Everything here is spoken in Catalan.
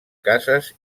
cases